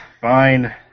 fine